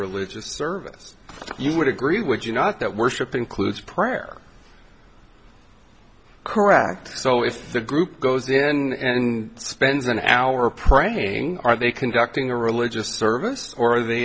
religious service you would agree would you not that worship includes prayer correct so if the group goes in and spends an hour praying are they conducting a religious service or